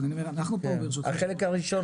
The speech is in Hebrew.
אבל אני אומר אנחנו פה --- החלק הראשון